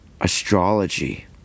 Astrology